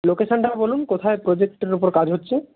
লোকেশানটা বলুন কোথায় প্রোজেক্টের ওপর কাজ হচ্ছে